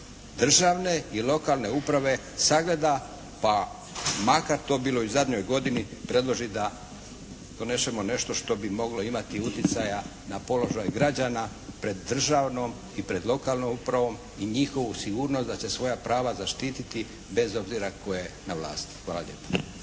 državne i lokalne uprave sagleda pa makar to bilo i u zadnjoj godini predloži da donesemo nešto što bi moglo imati uticaja na položaj građana pred državnom i pred lokalnom upravom i njihovu sigurnost da će svoja prava zaštiti bez obzira tko je na vlasti. Hvala lijepo.